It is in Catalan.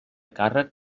càrrec